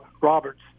Roberts